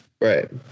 Right